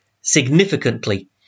significantly